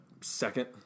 second